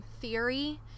theory